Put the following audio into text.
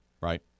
right